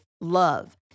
love